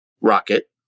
Rocket